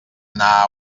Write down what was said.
anar